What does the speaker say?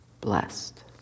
blessed